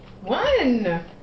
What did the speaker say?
One